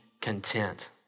content